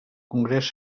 congrés